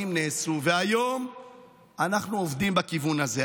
הדברים פחות נעשו, היום אנחנו עובדים בכיוון הזה.